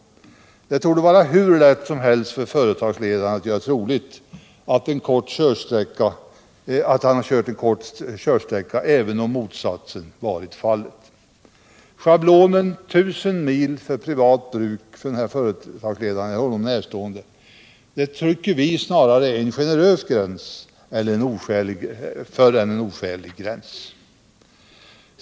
Det torde vara hur lätt som helst för företagsledaren att göra troligt att han kört en kort sträcka även om motsatsen varit fallet. Schablonen 1 000 mil för privat bruk för företagsledaren och honom närstående tycker vi snarare är en generös gräns än en oskälig gräns.